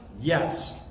Yes